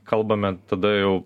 kalbame tada jau